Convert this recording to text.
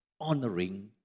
honoring